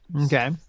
Okay